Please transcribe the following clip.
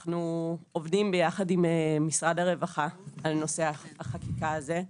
עובדים יחד עם משרד הרווחה על נושא החקיקה הזה.